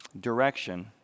direction